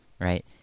right